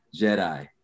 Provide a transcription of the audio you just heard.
jedi